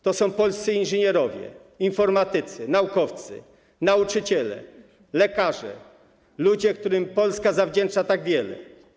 To są polscy inżynierowie, informatycy, naukowcy, nauczyciele, lekarze, ludzie, którym Polska zawdzięcza tak wiele.